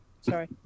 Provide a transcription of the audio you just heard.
sorry